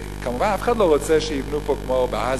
כמובן שאף אחד לא רוצה שיבנו פה כמו בעזה,